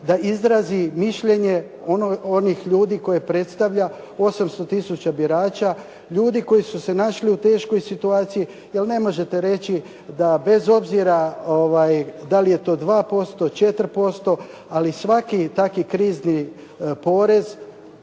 da izrazi mišljenje onih ljudi koje predstavlja, 800 tisuća birača, ljudi koji su se našli u teškoj situaciji jer ne možete reći da bez obzira da li je to 2%, 4%, ali svaki takav krizni porez,